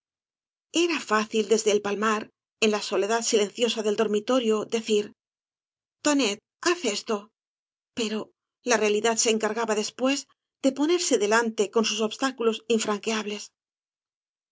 era fácil desde el palmar en la soledad sileocioea del dormitorio decir tonet haz esto pero la realidad se encargaba después de ponerse delante con sus obatácuícs infranqueables